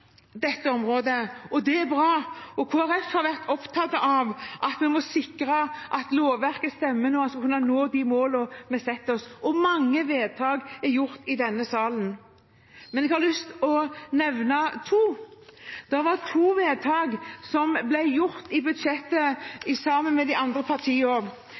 dette området, og det er bra. Kristelig Folkeparti er opptatt av at vi må sikre at lovverket stemmer, slik at vi kan nå de målene vi setter oss. Mange vedtak er gjort i denne salen, og jeg har lyst til å nevne to. Det var to vedtak som ble gjort i budsjettet, sammen med de andre partiene.